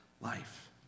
life